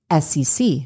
SEC